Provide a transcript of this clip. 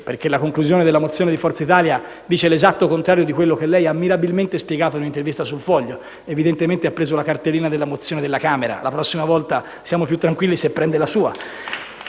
perché la conclusione della mozione di Forza Italia dice l'esatto contrario di quello che lei ha mirabilmente spiegato in un'intervista su «Il Foglio»; evidentemente ha preso la cartellina della mozione della Camera. La prossima volta siamo più tranquilli se prende la sua.